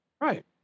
right